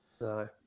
No